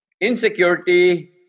Insecurity